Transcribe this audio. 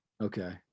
Okay